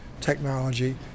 technology